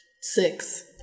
Six